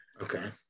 Okay